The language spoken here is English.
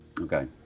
Okay